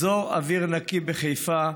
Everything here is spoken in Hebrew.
אזור אוויר נקי בחיפה,